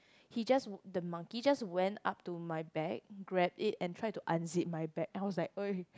he just w~ the monkey just went up to my bag grabbed it and try to unzip my bag I was like !oi!